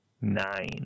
nine